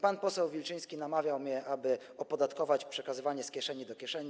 Pan poseł Wilczyński namawiał mnie, aby opodatkować przekazywanie z kieszeni do kieszeni.